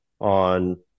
on